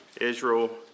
Israel